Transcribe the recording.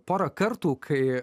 porą kartų kai